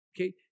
Okay